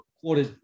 quarter